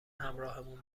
همراهمون